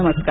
नमस्कार